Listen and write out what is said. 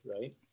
right